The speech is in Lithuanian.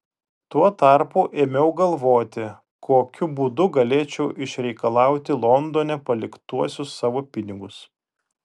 tuo tarpu ėmiau galvoti kokiu būdu galėčiau išreikalauti londone paliktuosius savo pinigus